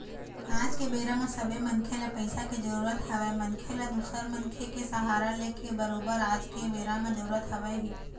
आज के बेरा म सबे मनखे ल पइसा के जरुरत हवय मनखे ल दूसर मनखे के सहारा लेके बरोबर आज के बेरा म जरुरत हवय ही